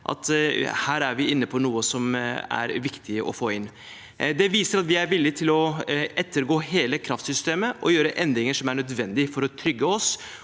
vi her er inne på noe som er viktig å få inn. Det viser at vi er villig til å ettergå hele kraftsystemet og gjøre endringer som er nødvendig for å trygge oss